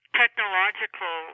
technological